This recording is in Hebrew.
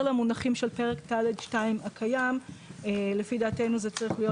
למונחים של פרק ד'2 הקיים זה צריך להיות